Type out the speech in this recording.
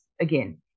again